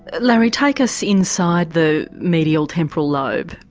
larry take us inside the medial temporal lobe,